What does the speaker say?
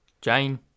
Jane